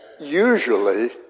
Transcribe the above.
usually